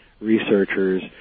researchers